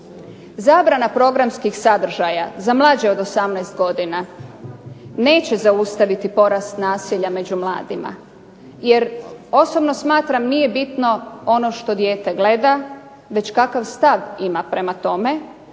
Zabrana programskih sadržaja za mlađe od 18 godina neće zaustaviti porast nasilja među mladima, jer osobno smatram nije bitno ono što dijete gleda već kakav stav ima prema tome,